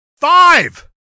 Five